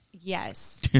Yes